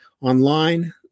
online